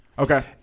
Okay